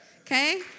okay